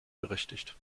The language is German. berechtigt